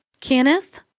Kenneth